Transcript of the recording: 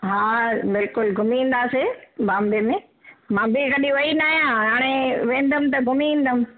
हा बिलकुलु घुमी ईंदासे बांबे में मां बि कॾहिं वई न आहियां हाणे वेंदमि त घुमी ईंदमि